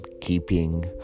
keeping